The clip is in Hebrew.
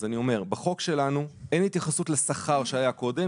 בחוק שלנו אין התייחסות לשכר שהיה קודם.